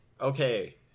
Okay